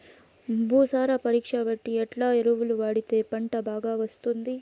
భూసార పరీక్ష బట్టి ఎట్లా ఎరువులు వాడితే పంట బాగా వస్తుంది?